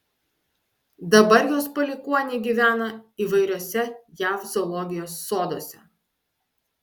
dabar jos palikuoniai gyvena įvairiuose jav zoologijos soduose